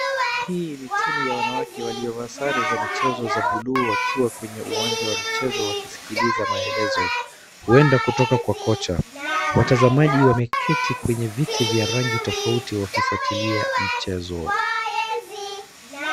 Hii ni timu ya wanawake waliovaa sare za michezo za bluu wakiwa kwenye uwanja wa michezo wakiskiliza maelezo, huenda kutoka kwa kocha. Watazamaji wameketi kwenye viti vya rangi tofauti wakifuatilia mchezo.